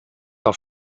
auf